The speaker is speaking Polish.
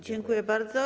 Dziękuję bardzo.